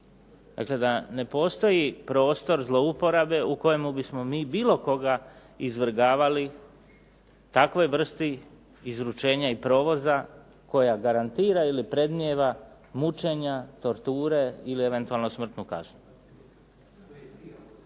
Dakle da ne postoji prostor zlouporabe u koje bismo mi bilo koga izvrgavali takvoj vrsti izručenja ili provoza koja garantira ili predmnijeva mučenja, torture ili eventualno smrtnu kaznu.